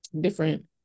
different